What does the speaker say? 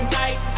night